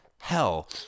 hell